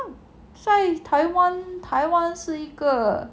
在 taiwan taiwan 是一个